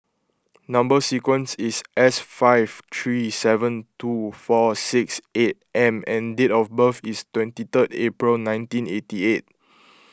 Number Sequence is S five three seven two four six eight M and date of birth is twenty third April nineteen eighty eight